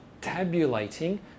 tabulating